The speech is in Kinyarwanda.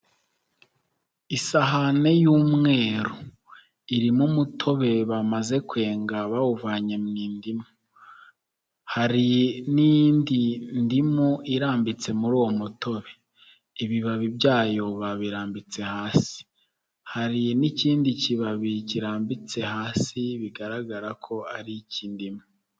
Isahane y'umweru irimo umutobe bamaze kwenga bawuvanye mu indimu, hari n'indi ndimu irambitse muri uwo mutobe, ibibabi byayo babirambitse hasi, hari n'ikindi kibabi kirambitse hasi bigaragara ko ari ik'indimu.